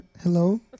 Hello